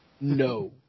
No